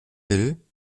will